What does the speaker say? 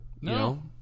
No